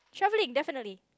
travelling definitely